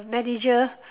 manager